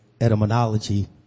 etymology